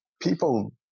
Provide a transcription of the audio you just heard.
people